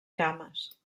cames